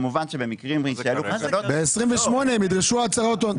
כמובן שבמקרים בהם יעלו חשדות --- ב-2028 הם יידרשו הצהרת הון.